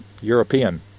European